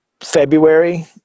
February